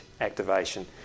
activation